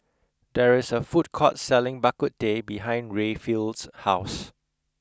there is a food court selling bak kut teh behind Rayfield's house